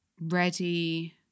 ready